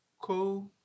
cool